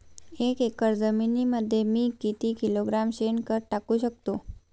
एक एकर जमिनीमध्ये मी किती किलोग्रॅम शेणखत टाकू शकतो?